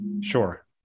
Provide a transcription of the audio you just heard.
Sure